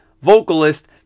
vocalist